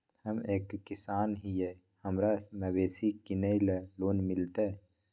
हम एक किसान हिए हमरा मवेसी किनैले लोन मिलतै?